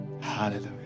Hallelujah